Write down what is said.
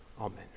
Amen